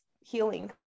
healing